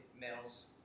males